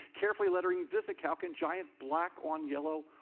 carefully lettering visicalc in giant black on yellow.